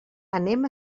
anem